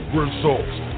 results